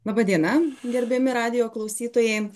laba diena gerbiami radijo klausytojai